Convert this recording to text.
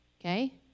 Okay